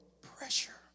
pressure